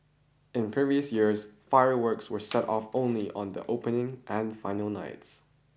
in previous years fireworks were set off only on the opening and final nights